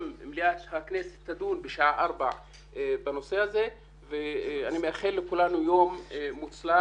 גם מליאת הכנסת תדון בשעה ארבע בנושא הזה ואני מאחל לכולנו יום מוצלח,